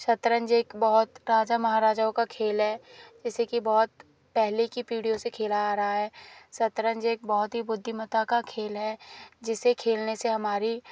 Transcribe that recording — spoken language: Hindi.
शतरंज एक बहुत राजा महाराजाओं का खेल है इसे की बहुत पहले की पीढ़ियों से खेला आ रहा है शतरंज एक बहुत ही बुद्धिमता का खेल है जिसे खेलने से हमारी